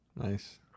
nice